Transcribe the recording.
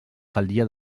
faldilla